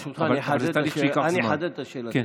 ברשותך, אני אחדד את השאלה שלי: